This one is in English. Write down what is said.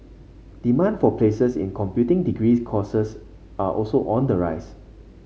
demand for places in computing degrees courses are also on the rise